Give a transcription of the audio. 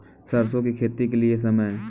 सरसों की खेती के लिए समय?